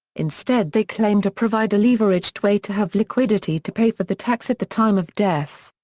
instead they claim to provide a leveraged way to have liquidity to pay for the tax at the time of death.